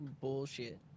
bullshit